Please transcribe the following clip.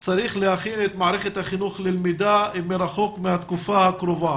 היה צריך להכין את מערכת החינוך ללמידה מרחוק מהתקופה הקרובה.